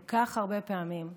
כל כך הרבה פעמים,